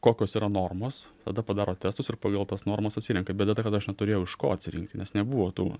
kokios yra normos tada padaro testus ir pagal tas normas atsirenka bėda ta kad aš neturėjau iš ko atsirinkti nes nebuvo tų